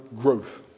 growth